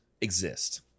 exist